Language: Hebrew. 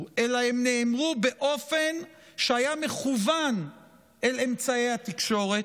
אלא הן נאמרו באופן שהיה מכוון אל אמצעי התקשורת,